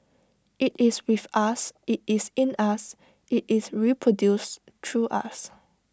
IT is with us IT is in us IT is reproduced through us